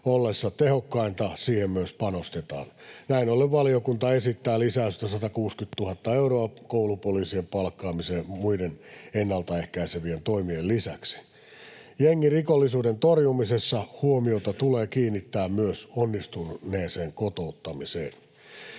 ollessa tehokkainta siihen myös panostetaan. Näin ollen valiokunta esittää lisäystä 160 000 euroa koulupoliisien palkkaamiseen muiden ennalta ehkäisevien toimien lisäksi. Jengirikollisuuden torjumisessa huomiota tulee kiinnittää myös onnistuneeseen kotouttamiseen.